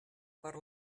per